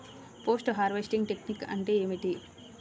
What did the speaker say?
Post harvesting technique అంటే ఏమిటీ?